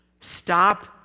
Stop